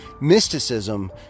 mysticism